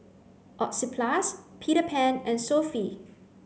Oxyplus Peter Pan and Sofy